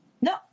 No